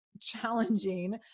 challenging